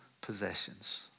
possessions